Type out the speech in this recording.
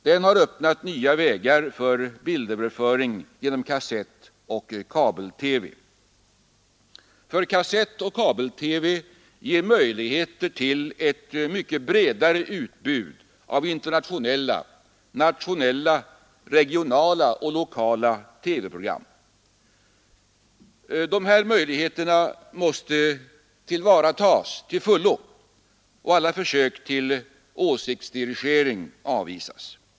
Den har öppnat nya vägar för bildöverföring genom kassettoch kabel-TV, som ger möjligheter till ett mycket bredare utbud av internationella, nationella, regionala och lokala TV-program. De här möjligheterna måste tillvaratas till fullo och alla försök till åsiktsdirigering avvisas.